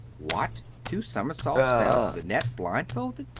what, two somersaults down to the net, blindfolded?